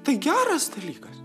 tai geras dalykas